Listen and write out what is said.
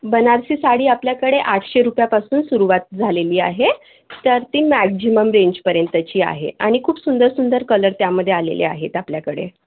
बनारसी साडी आपल्याकडे आठशे रुपयापासून सुरुवात झालेली आहे तर ती मॅक्झिमम रेंजपर्यंतची आहे आणि खूप सुंदर सुंदर कलर त्यामध्ये आलेले आहेत आपल्याकडे